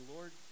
Lord